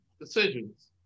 decisions